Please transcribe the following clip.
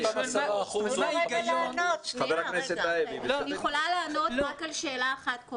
אני יכולה לענות כל פעם רק על שאלה אחת.